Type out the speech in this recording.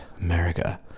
America